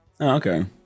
okay